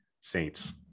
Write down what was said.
Saints